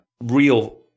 Real